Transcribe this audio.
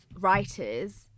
writers